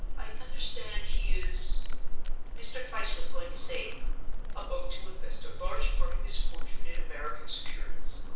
i understand he is mr. fyshe was going to say about to invest a large part of his fortune in american securities,